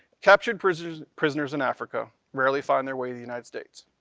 captured prisoners prisoners in africa rarely find their way the united states.